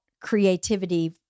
creativity